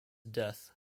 death